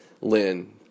Lynn